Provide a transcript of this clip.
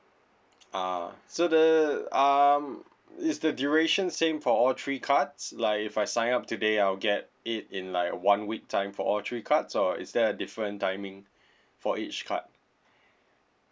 ah so the um is the duration same for all three cards like if I sign up today I'll get it in like one week time for all three cards or is there a different timing for each card